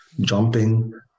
jumping